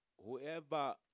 Whoever